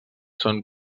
són